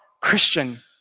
Christian